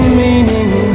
meaning